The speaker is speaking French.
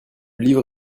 livre